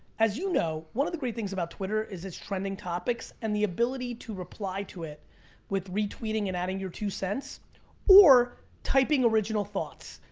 as you know, one of the great things about twitter is its trending topics and the ability to reply to it with retweeting and adding your two cents or typing original thoughts.